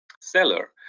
seller